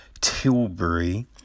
Tilbury